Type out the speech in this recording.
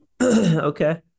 Okay